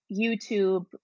YouTube